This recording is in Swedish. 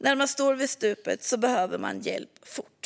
När man står vid stupet så behöver man hjälp fort."